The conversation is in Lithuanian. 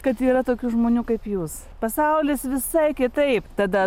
kad yra tokių žmonių kaip jūs pasaulis visai kitaip tada